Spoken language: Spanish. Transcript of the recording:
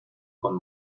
con